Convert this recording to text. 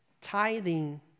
Tithing